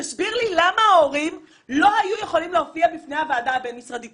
תסביר לי למה ההורים לא יכלו להופיע בפני הוועדה הבין משרדית?